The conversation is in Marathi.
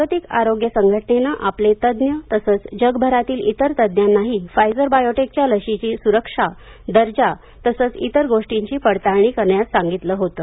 जागतिक आरोग्य संघटनेने आपले तज्ज्ञ तसंच जगभरातील इतर तज्ज्ञांनाही फायजर बायोटेकच्या लसीची स्रक्षा दर्जा तसंच इतर गोष्टींची पडताळणी करण्यास सांगितलं होतं